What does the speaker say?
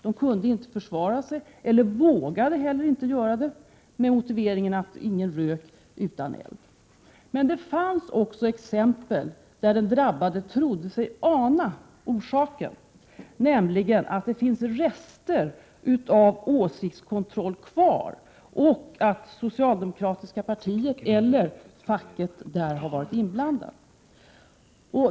De kunde inte försvara sig — eller vågade inte göra det med motiveringen: ”Ingen rök utan eld.” Men det fanns också exempel där den drabbade trodde sig ana orsaken, nämligen att det finns rester av åsiktskontroll kvar och att socialdemokratiska partiet eller facket har varit inblandat.